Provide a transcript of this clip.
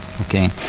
okay